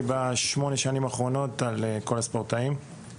בשמונה השנים האחרונות על ספורטאים-חיילים בענף,